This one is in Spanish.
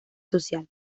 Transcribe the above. social